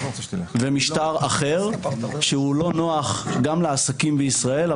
ומשטרה אחר שהוא לא נוח גם לעסקים בישראל,